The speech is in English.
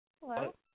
Hello